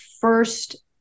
first